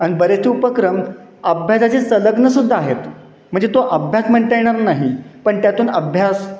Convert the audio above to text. आणि बरेच उपक्रम अभ्यासाचे संलग्न सुद्धा आहेत म्हणजे तो अभ्यास म्हणता येणार नाही पण त्यातून अभ्यास